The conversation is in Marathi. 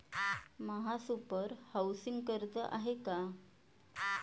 महासुपर हाउसिंग कर्ज आहे का?